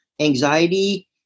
anxiety